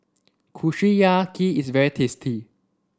Kushiyaki is very tasty